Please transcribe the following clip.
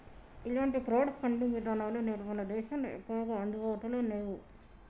ఇలాంటి crowd funding విధానాలు నేడు మన దేశంలో ఎక్కువగా అందుబాటులో నేవు